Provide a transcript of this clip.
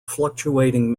fluctuating